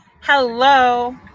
Hello